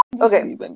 Okay